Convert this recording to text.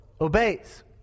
obeys